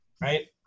right